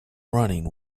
running